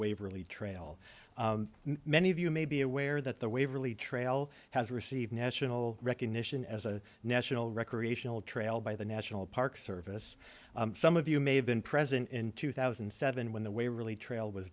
waverley trail many of you may be aware that the waverly trail has received national recognition as a national recreational trail by the national park service some of you may have been present in two thousand and seven when the wave really trail was